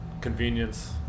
convenience